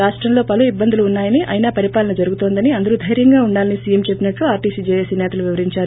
రాష్టంలో పలు ఇబ్బందులు ఉన్నాయని అయినా పరిపాలన జరుగుతోందని అందరూ దైర్యంగా ఉండాలని సీఎం చేప్పినట్లు ఆర్షీసీ జేఏసీ నేతలు వివరించారు